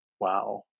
wow